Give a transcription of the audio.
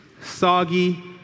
Soggy